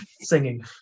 singing